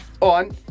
on